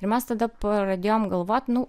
ir mes tada pradėjom galvot nu